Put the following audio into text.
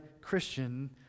Christian